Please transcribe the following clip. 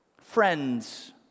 Friends